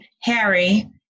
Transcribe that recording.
Harry